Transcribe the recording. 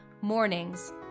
Mornings